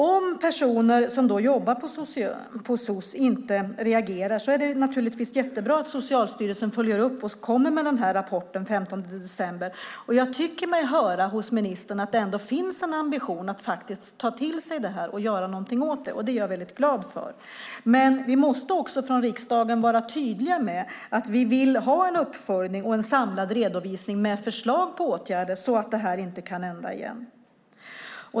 Om personer som jobbar på socialen inte reagerar är det naturligtvis jättebra att Socialstyrelsen följer upp och kommer med en rapport den 15 december. Jag tycker mig höra hos ministern att det ändå finns en ambition att ta till sig detta och göra någonting åt det här, och det är jag väldigt glad för. Vi måste från riksdagen vara tydliga med att vi vill ha en uppföljning och en samlad redovisning med förslag till åtgärder så att det här inte kan hända igen.